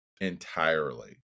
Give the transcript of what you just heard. entirely